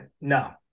no